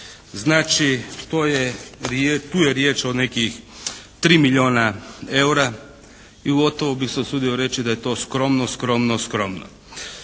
Znači tu je riječ o nekih 3 milijona eura i gotovo bih se usudio reći da je to skromno, skromno, skromno.